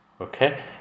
Okay